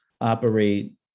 operate